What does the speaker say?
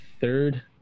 third